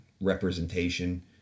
representation